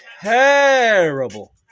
terrible